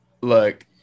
look